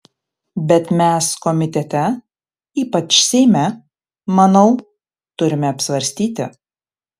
bet mes komitete ypač seime manau turime apsvarstyti